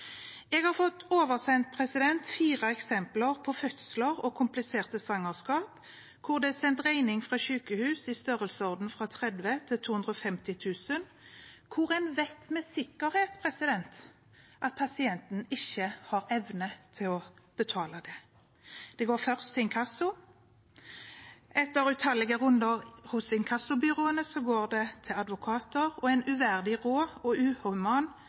Jeg har fått oversendt fire eksempler på fødsler og kompliserte svangerskap hvor det er sendt regning fra sykehus i størrelsesorden fra 30 000 til 250 000 kr, hvor en vet med sikkerhet at pasienten ikke har evne til å betale det. Det går først til inkasso, og etter utallige runder hos inkassobyråene går det til advokater og en uverdig, rå og